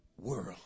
world